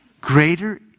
Greater